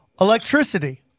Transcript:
electricity